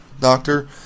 doctor